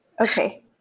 Okay